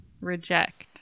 Reject